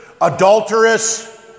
adulterous